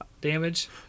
damage